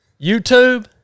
youtube